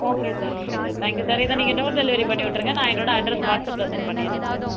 okay sir okay sir thank you sir இதை நீங்கள் door delivery பண்ணிவிட்ருங்க நான் என்னோடய அட்ரெஸ்ஸை வாட்சாப்பில் சென்ட் பண்ணிடுறேன் சார்